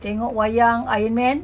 tengok wayang iron man